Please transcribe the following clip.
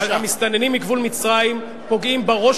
המסתננים מגבול מצרים פוגעים בראש